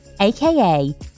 AKA